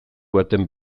baten